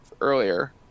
earlier